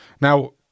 Now